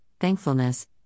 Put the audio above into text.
thankfulness